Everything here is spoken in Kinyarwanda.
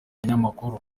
binyamakuru